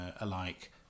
alike